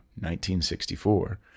1964